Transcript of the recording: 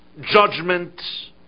judgment